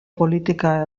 politika